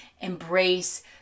embrace